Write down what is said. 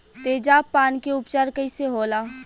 तेजाब पान के उपचार कईसे होला?